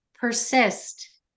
persist